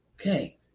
Okay